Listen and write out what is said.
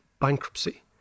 bankruptcy